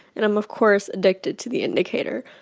and i'm, of course, addicted to the indicator.